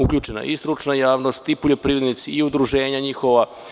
Uključena je i stručna javnost, i poljoprivrednici i udruženja njihova.